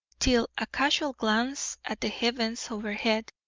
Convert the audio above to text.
till a casual glance at the heavens overhead,